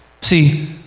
See